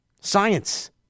science